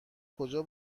کجا